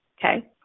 okay